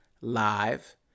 Live